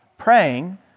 praying